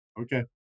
Okay